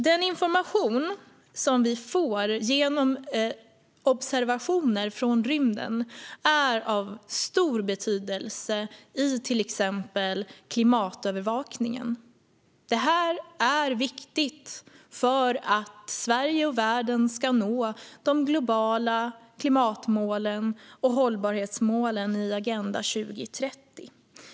Den information som vi får genom observationer från rymden är av stor betydelse i till exempel klimatövervakningen. Det här är viktigt för att Sverige och världen ska nå de globala klimat och hållbarhetsmålen i Agenda 2030.